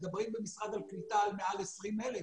במשרד הקליטה על מעל 20,000.